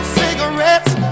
cigarettes